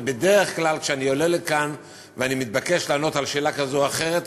ובדרך כלל כשאני עולה לכאן ואני מתבקש לענות על שאלה כזאת או אחרת,